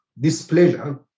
displeasure